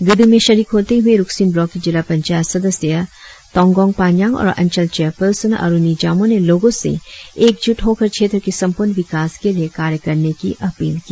गीदी में शरीक होते हुए रुक्सीन ब्लॉंक के जिला पंचायत सदस्य तोंगगेंग पान्यांग और अंचल चेयर पर्सन अरुणी जामोह ने लोगो से एक जूट होकर क्षेत्र के संपूर्ण विकास के लिए कार्य करने की अपील की